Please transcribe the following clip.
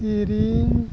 ᱛᱤᱨᱤᱝ